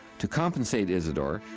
to compensate isadore,